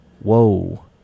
Whoa